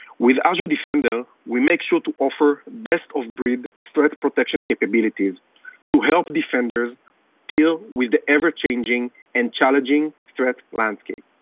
with azure defender, we make sure to offer best of breed threat protection capabilities to help defenders deal with the ever changing and challenging threat landscape.